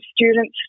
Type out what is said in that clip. students